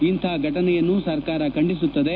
ಇಂತಹ ಫಟನೆಯನ್ನು ಸರ್ಕಾರ ಖಂಡಿಸುತ್ತದೆ